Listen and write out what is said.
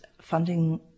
funding